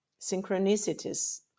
synchronicities